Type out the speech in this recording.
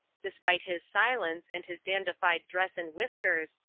despite his silence and his dandified dress and whiskers,